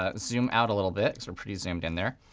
ah zoom out a little bit. so we're pretty zoomed in there.